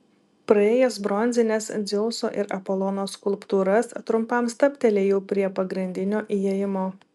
praėjęs bronzines dzeuso ir apolono skulptūras trumpam stabtelėjau prie pagrindinio įėjimo